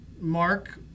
Mark